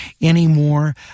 anymore